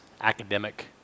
academic